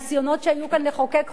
הניסיונות שהיו כאן לחוקק חוקה,